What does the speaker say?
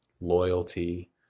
loyalty